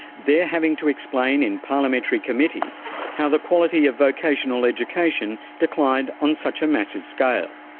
they're having to explain in parliamentary committees how the quality of vocational education declined on such a massive scale,